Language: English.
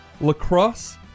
lacrosse